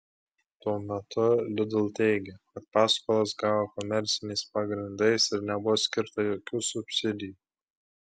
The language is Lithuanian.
tuo metu lidl teigia kad paskolas gavo komerciniais pagrindais ir nebuvo skirta jokių subsidijų